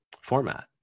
format